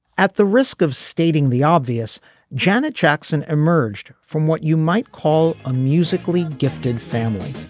at the risk of stating the obvious janet jackson emerged from what you might call a musically gifted family